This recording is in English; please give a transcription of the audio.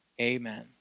Amen